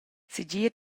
segir